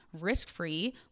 risk-free